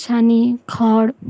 ছানি খড়